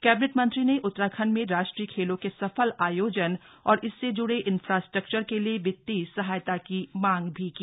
cabinet मंत्री ने उत्तराखंड में राष्ट्रीय खेलों के सफल आयोजन और इससे जुड़े इंफ्रास्ट्रक्चर के लिए वितीय सहायता की मांग भी की